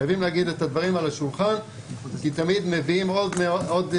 חייבים לשים את הדברים על השולחן כי תמיד מביאים עוד צווים